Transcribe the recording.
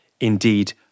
Indeed